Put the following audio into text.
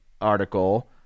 article